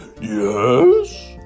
Yes